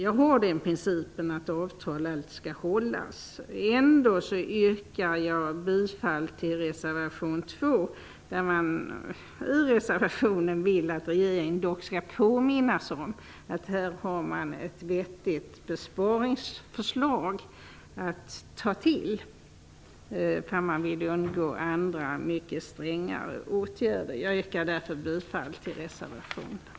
Jag har den principen att avtal alltid skall hållas. Ändå yrkar jag bifall till reservation 2, där man vill att regeringen skall påminnas om att här finns ett vettigt besparingsförslag att ta till ifall man vill undvika andra mycket strängare åtgärder. Jag yrkar därför bifall till reservation 2.